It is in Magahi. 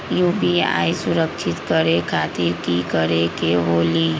यू.पी.आई सुरक्षित करे खातिर कि करे के होलि?